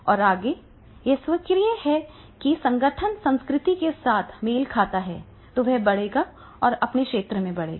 और अगर यह स्वीकार्य है और संगठन संस्कृति के साथ मेल खाता है तो वह बढ़ेगा और अपने क्षेत्र में बढ़ेगा